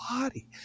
body